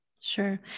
Sure